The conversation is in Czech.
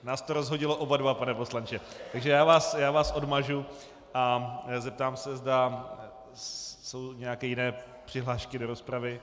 Nás to rozhodilo oba dva, pane poslanče, takže já vás odmažu a zeptám se, zda jsou nějaké jiné přihlášky do rozpravy.